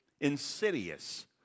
insidious